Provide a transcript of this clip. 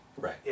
Right